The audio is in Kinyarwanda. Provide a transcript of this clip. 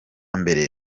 mbere